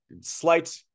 slight